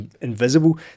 invisible